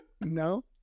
No